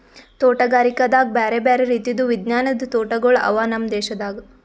ತೋಟಗಾರಿಕೆದಾಗ್ ಬ್ಯಾರೆ ಬ್ಯಾರೆ ರೀತಿದು ವಿಜ್ಞಾನದ್ ತೋಟಗೊಳ್ ಅವಾ ನಮ್ ದೇಶದಾಗ್